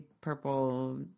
purple